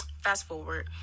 fast-forward